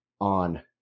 on